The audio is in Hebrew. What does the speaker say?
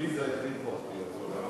עליזה, אותי.